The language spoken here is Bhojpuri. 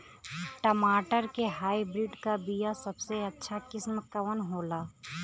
टमाटर के हाइब्रिड क बीया सबसे अच्छा किस्म कवन होला?